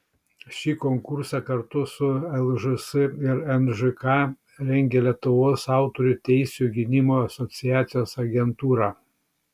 ši konkursą kartu su lžs ir nžka rengia lietuvos autorių teisių gynimo asociacijos agentūra